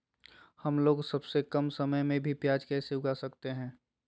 हमलोग सबसे कम समय में भी प्याज कैसे उगा सकते हैं?